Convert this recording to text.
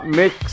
mix